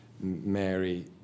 Mary